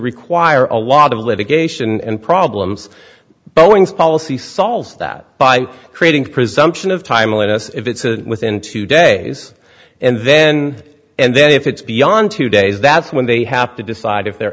require a lot of litigation and problems bowings policy solves that by creating presumption of timeliness if it's a within two days and then and then if it's beyond two days that's when they have to decide if they're